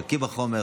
הוא בקי בחומר,